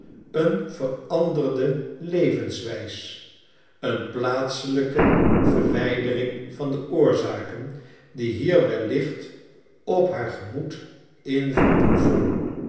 een veranderde levenswijs een plaatselijke verwijdering van de oorzaken die hier wellicht op haar gemoed invloed oefenen